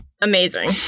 Amazing